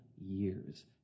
years